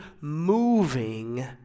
moving